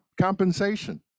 compensation